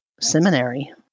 seminary